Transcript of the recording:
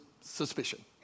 suspicion